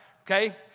Okay